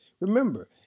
Remember